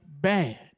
bad